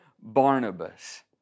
Barnabas